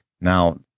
Now